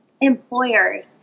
employers